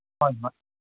ꯍꯣꯏ ꯍꯣꯏ